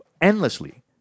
endlessly